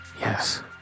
Yes